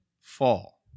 fall